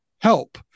help